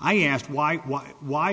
i asked why why why